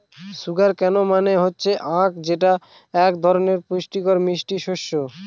sugar cane মানে হচ্ছে আঁখ যেটা এক ধরনের পুষ্টিকর মিষ্টি শস্য